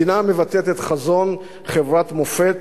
מדינה המבטאת את חזון חברת מופת,